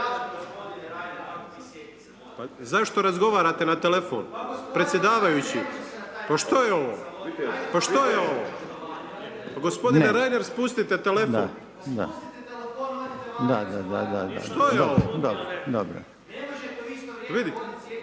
Zašto razgovarate na telefon, predsjedavajući, pa što je ovo, pa što je ovo? Gospodine Reiner spustite telefon./… …/Upadica: Spustite telefon i odite